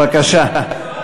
בבקשה.